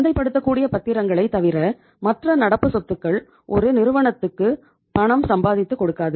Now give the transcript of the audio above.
சந்தைபடுத்தக்கூடிய பத்திரங்களை தவிர மற்ற நடப்பு சொத்துக்கள் ஒரு நிறுவனத்துக்கு பணம் சம்பாதித்து கொடுக்காது